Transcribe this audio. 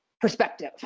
perspective